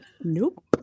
nope